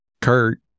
Kurt